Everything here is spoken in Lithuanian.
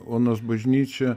onos bažnyčią